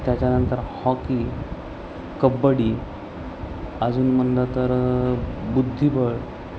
त्याच्यानंतर हॉकी कबड्डी अजून म्हटलं तर बुद्धिबळ